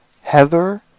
Heather